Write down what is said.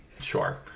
sure